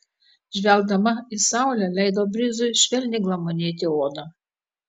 žvelgdama į saulę leido brizui švelniai glamonėti odą